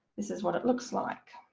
this is what it looks like.